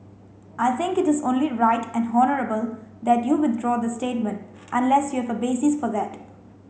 I think it is only right and honourable that you withdraw the statement unless you have a basis for that